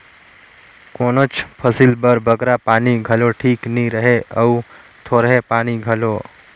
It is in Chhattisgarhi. कोनोच फसिल बर बगरा पानी घलो ठीक नी रहें अउ थोरहें पानी घलो